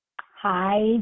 Hi